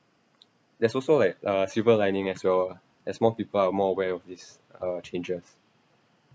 there's also like uh silver lining as well as more people are more aware of these uh changes